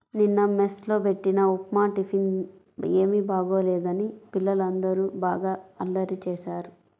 నిన్న మెస్ లో బెట్టిన ఉప్మా టిఫిన్ ఏమీ బాగోలేదని పిల్లలందరూ బాగా అల్లరి చేశారు